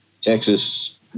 Texas